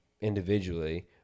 individually